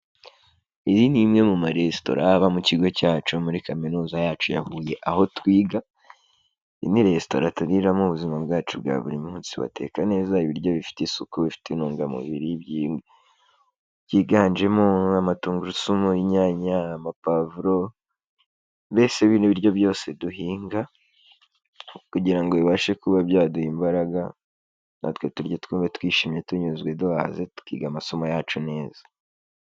Iyi ni imwe mu maresitora aba mu kigo cyacu muri kaminuza yacu ya huye aho twiga, iyi ni resitora turiramo mu buzima bwacu bwa buri munsi, bateka neza ibiryo bifite isuku bifite intungamubiri byiganjemo amatungurusumu, inyaya, amapavuro mbese bino biryo byose duhinga kugirango bibashe kuba byaduha imbaraga natwe turye twumve twishimye tunyuzwe duhaze tukiga amasomo yacu neza.